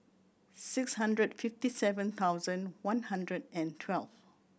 six hundred fifty seven thousand one hundred and twelve